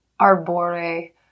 arbore